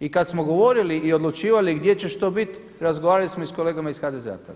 I kad smo govorili i odlučivali gdje će što biti razgovarali smo i sa kolegama iz HDZ-a tad